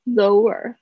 lower